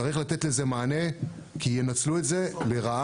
צריך לתת לזה מענה כי ינצלו את זה לרעה.